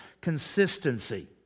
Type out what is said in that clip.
consistency